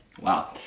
Wow